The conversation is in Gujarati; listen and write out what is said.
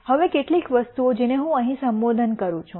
હવે કેટલીક વસ્તુઓ જેનો હું અહીં સંબોધન કરું છું